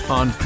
on